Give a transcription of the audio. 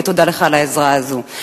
ותודה לך על העזרה הזאת.